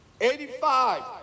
85